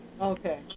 Okay